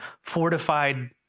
fortified